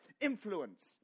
influence